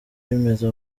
bimeze